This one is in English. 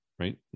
Right